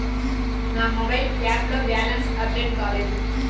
నా mobile app లో balance update కాలేదు